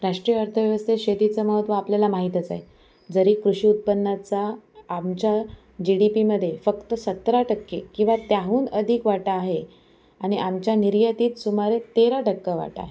राष्ट्रीय अर्थव्यवस्थे त शेतीचं महत्त्व आपल्याला माहीतच आहे जरी कृषी उत्पन्नाचा आमच्या जी डी पीमध्ये फक्त सतरा टक्के किंवा त्याहून अधिक वाटा आहे आणि आमच्या निर्यातीत सुमारे तेरा टक्का वाटा आहे